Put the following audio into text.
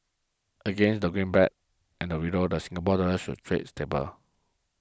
against the greenback and the Euro the Singapore Dollar should trade stably